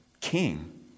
king